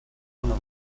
nombre